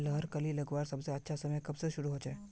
लहर कली लगवार सबसे अच्छा समय कब से शुरू होचए?